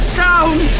sound